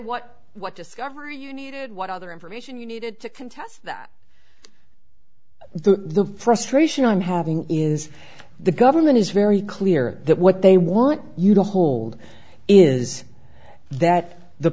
needed what other information you needed to contest that the frustration i'm having is the government is very clear that what they want you to hold is that the